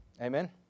Amen